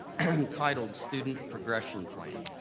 and titled student progression plan.